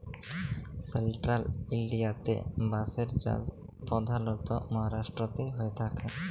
central ইলডিয়াতে বাঁশের চাষ পধালত মাহারাষ্ট্রতেই হঁয়ে থ্যাকে